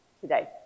today